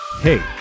Hey